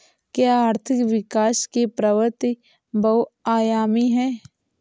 क्या आर्थिक विकास की प्रवृति बहुआयामी है?